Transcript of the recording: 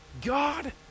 god